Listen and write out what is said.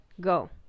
go